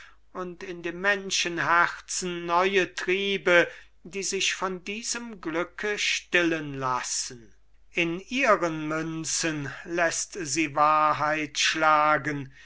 und in dem menschenherzen neue triebe die sich von diesem glücke stillen lassen in ihren münzen läßt sie wahrheit schlagen